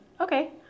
okay